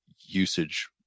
usage